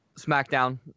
smackdown